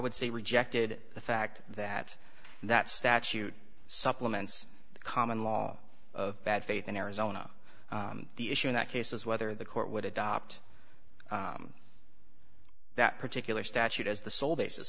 would say rejected the fact that that statute supplements the common law of bad faith in arizona the issue in that case is whether the court would adopt that particular statute as the sole basis